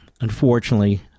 unfortunately